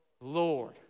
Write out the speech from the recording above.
Lord